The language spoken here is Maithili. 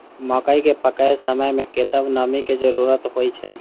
मकई केँ पकै समय मे कतेक नमी केँ जरूरत होइ छै?